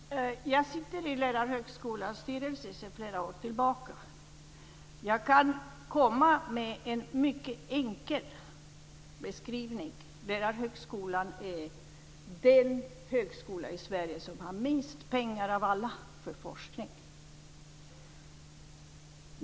Fru talman! Jag sitter i Lärarhögskolans styrelse sedan flera år tillbaka, och jag kan komma med en mycket enkel beskrivning. Lärarhögskolan är den högskola i Sverige som har minst pengar av alla för forskning.